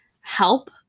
help